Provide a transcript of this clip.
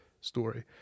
story